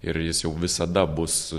ir jis jau visada bus